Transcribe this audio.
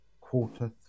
quarter